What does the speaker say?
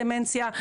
דמנציה,